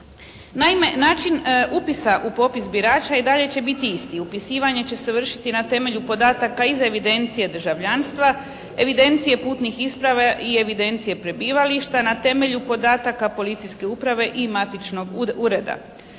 Naime, način upisa u popis birača i dalje će biti isti. Upisivanje će se vršiti na temelju podataka iz evidencije državljanstva, evidencije putnih isprava i evidencije prebivališta, na temelju podataka policijske uprave i matičnog ureda.